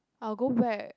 I'll go back